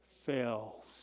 Fails